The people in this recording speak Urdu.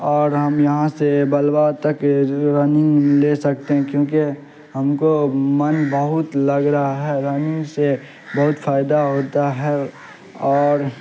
اور ہم یہاں سے بلوہ تک رننگ لے سکتے ہیں کیونکہ ہم کو من بہت لگ رہا ہے رننگ سے بہت فائدہ ہوتا ہے اور